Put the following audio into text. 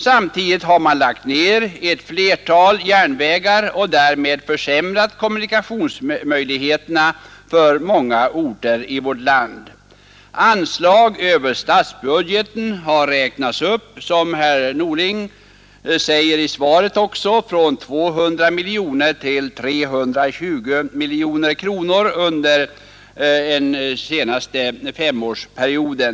Samtidigt har man lagt ned ett flertal järnvägar och därmed försämrat kommunikationsmöjligheterna för många orter i vårt land. Anslagen över statsbudgeten har räknats upp, som herr Norling också säger i svaret, från 200 till 320 miljoner kronor för den senaste femårsperioden.